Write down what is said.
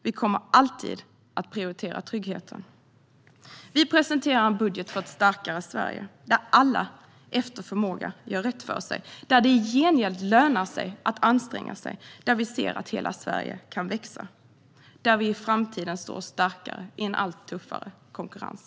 Vi kommer alltid att prioritera tryggheten. Vi presenterar en budget för ett starkare Sverige där alla , efter förmåga, gör rätt för sig - och där det i gengäld lönar sig att anstränga sig, där vi ser att hela Sverige kan växa och där vi i framtiden står starkare i en allt tuffare konkurrens.